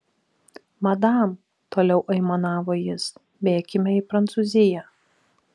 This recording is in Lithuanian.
madam toliau aimanavo jis bėkime į prancūziją